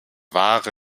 wahre